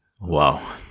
wow